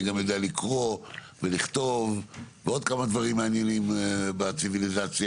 גם יודע לקרוא ולכתוב ועוד כמה דברים מעניינים בציביליזציה?